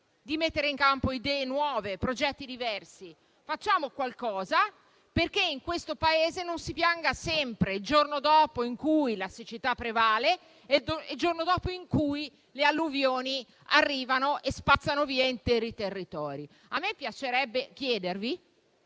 di mettere in campo idee nuove e progetti diversi; facciamo qualcosa perché in questo Paese non si pianga sempre il giorno dopo in cui la siccità prevale e il giorno dopo in cui le alluvioni arrivano e spazzano via interi territori. A me piacerebbe chiedervi